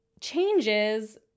changes